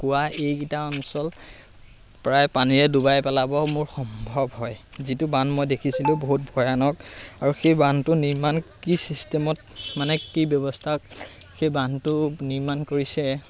ঢকুৱা এইকেইটা অঞ্চল প্ৰায় পানীৰে ডুবাই পেলাব মোৰ সম্ভৱ হয় যিটো বান্ধ মই দেখিছিলোঁ বহুত ভয়ানক আৰু সেই বান্ধটো নিৰ্মাণ কি চিষ্টেমত মানে কি ব্যৱস্থা সেই বান্ধটো নিৰ্মাণ কৰিছে